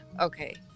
Okay